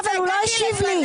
לא, אבל הוא לא השיב לי.